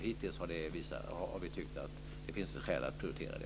Hittills har vi tyckt att det finns skäl att prioritera det.